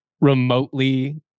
remotely